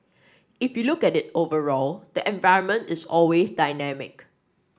if you look at it overall the environment is always dynamic